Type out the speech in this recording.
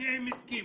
שניהם הסכימו,